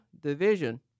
Division